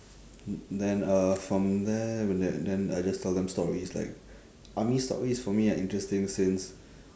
then uh from there then I just tell than stories like army stories for me are interesting since